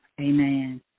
Amen